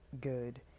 good